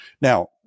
Now